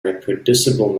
reproducible